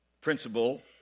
principle